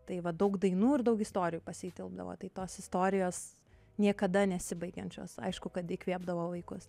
tai va daug dainų ir daug istorijų pas jį tilpdavo tai tos istorijos niekada nesibaigiančios aišku kad įkvėpdavo vaikus